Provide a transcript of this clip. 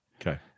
okay